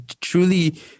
truly